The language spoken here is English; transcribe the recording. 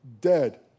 dead